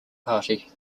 party